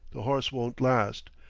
the horse won't last.